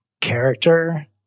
character